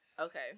Okay